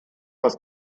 als